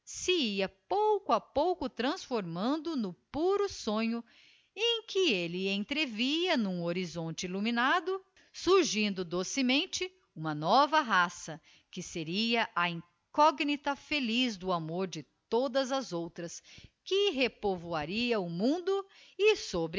ia pouco a pouco transformando no puro sonho em que elle entrevia n'um horizonte illuminado surgindo docemente uma nova raça que seria a incógnita feliz do amor de todas as outras que repovoaria o mundo